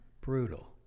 brutal